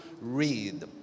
read